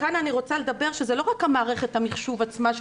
כאן אני רוצה לומר שזאת לא רק מערכת המחשוב עצמה עם